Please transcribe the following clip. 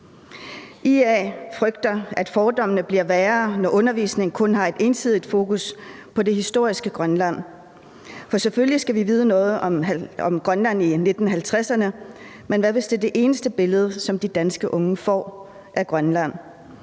IA frygter, at fordommene bliver værre, når undervisningen kun har et ensidigt fokus på det historiske Grønland. For selvfølgelig skal vi vide noget om Grønland i 1950'erne, men hvad hvis det er det eneste billede, som de danske unge får af Grønland?